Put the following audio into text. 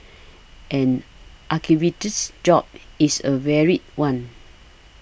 an archivist's job is a varied one